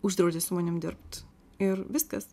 uždraudė su manim dirbt ir viskas